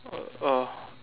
uh oh